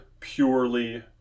purely